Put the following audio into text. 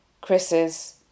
Chris's